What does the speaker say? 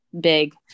big